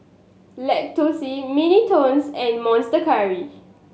Lacoste Mini Toons and Monster Curry